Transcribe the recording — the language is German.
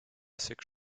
sechs